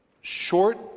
Short